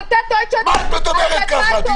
אז אתה טוען --- מה את מדברת ככה?